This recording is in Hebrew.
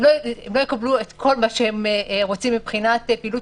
הם לא יקבלו כל מה שהם רוצים מבחינת פעילות